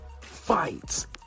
fights